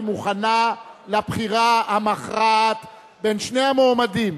מוכנה לבחירה המכרעת בין שני המועמדים,